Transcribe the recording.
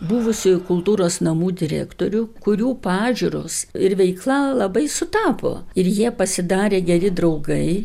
buvusiųjų kultūros namų direktorių kurių pažiūros ir veikla labai sutapo ir jie pasidarė geri draugai